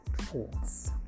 force